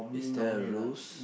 is there rules